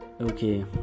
okay